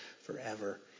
forever